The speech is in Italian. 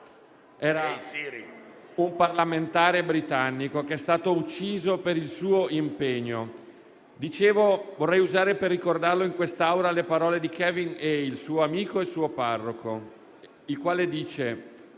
era un parlamentare britannico che è stato ucciso per il suo impegno. Vorrei usare, per ricordarlo in questa Aula, le parole di Kevin Hale, suo amico e parroco, il quale ha